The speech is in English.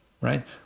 right